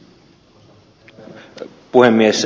arvoisa puhemies